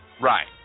Right